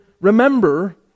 remember